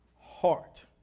heart